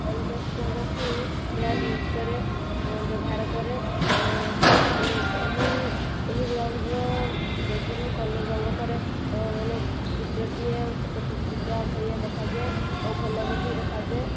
wall ପେଷ୍ଟାଲ୍ରେ ହିଁ brand use କରେ ବ୍ୟବହାର କରେ ଏହି ଏହି ଏହି ବ୍ରାଣ୍ଡ୍ର ଯଦି ମୁଁ କଲର୍ ରଙ୍ଗ କରେ ମାନେ ଚିତ୍ରଟିଏ ସତ ସତିକା ଭଳିଆ ଦେଖାଯାଏ ଆଉ ଭଲ ମଧ୍ୟ ଦେଖାଯାଏ